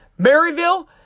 Maryville